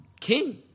king